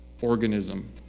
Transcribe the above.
organism